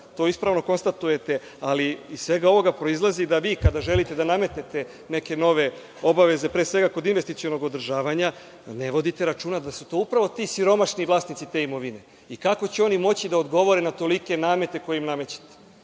To ispravno konstatujete, ali iz svega ovoga proizilazi da vi kada želite da nametnete neke nove obaveze, pre svega kod investicionog održavanja, ne vodite računa da su upravo ti siromašni vlasnici te imovine. Kako će oni moći da odgovore na tolike namete koje im namećete? Šta